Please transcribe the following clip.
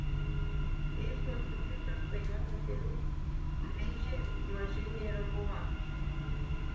eismas nukreiptas rajoniniu keliu preidžiai maženiai raguva